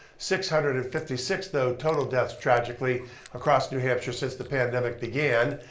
six hundred and fifty six, though, total deaths tragically across new hampshire since the pandemic began.